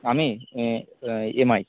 আমি ইএমআই